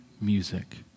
music